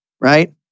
right